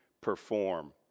perform